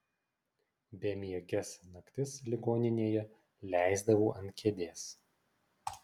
bemieges naktis ligoninėje leisdavau ant kėdės